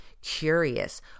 curious